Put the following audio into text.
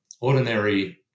ordinary